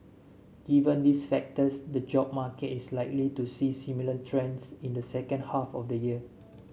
given these factors the job market is likely to see similar trends in the second half of the year